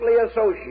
associated